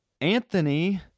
Anthony